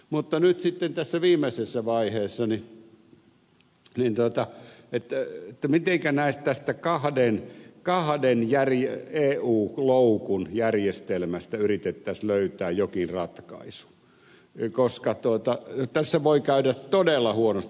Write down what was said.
mutta nyt sitten tässä viimeisessä vaiheessa mitenkä tästä kahden eu loukun järjestelmästä yritettäisiin löytää jokin ratkaisu koska tässä voi käydä todella huonosti